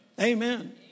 Amen